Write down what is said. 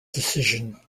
decision